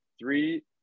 Three